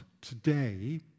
today